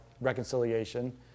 reconciliation